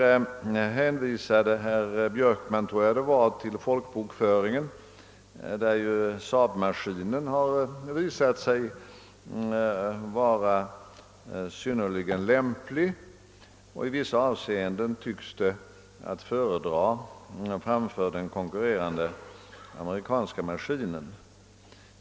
Jag tror att det var herr Björkman som hänvisade till folkbokföringen, där SAAB-maskinen visat sig vara synnerligen lämplig och i vissa avseenden tycks vara att föredra framför den konkurrerande amerikanska maskinen.